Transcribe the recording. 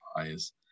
eyes